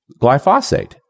glyphosate